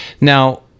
Now